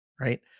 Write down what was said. right